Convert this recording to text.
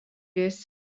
jos